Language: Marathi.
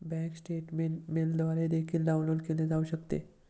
बँक स्टेटमेंट मेलद्वारे देखील डाउनलोड केले जाऊ शकते